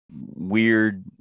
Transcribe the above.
weird